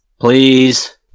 Please